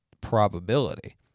Probability